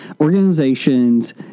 organizations